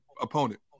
Opponent